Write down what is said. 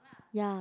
ya